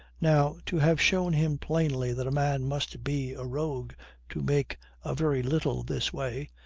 now, to have shown him plainly that a man must be a rogue to make a very little this way,